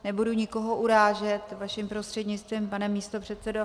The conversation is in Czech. Nebudu nikoho urážet, vaším prostřednictvím, pane místopředsedo.